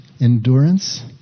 endurance